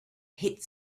hit